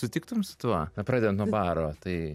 sutiktum su tuo na pradedant nuo baro tai